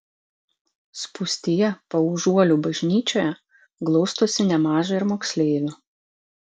spūstyje paužuolių bažnyčioje glaustosi nemaža ir moksleivių